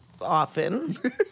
Often